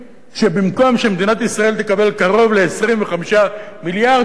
שבמקום שמדינת ישראל תקבל קרוב ל-25 מיליארד שקלים,